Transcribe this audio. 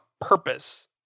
purpose